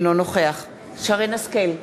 אינו נוכח שרן השכל,